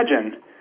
imagine